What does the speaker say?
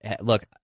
look